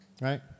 right